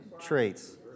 Traits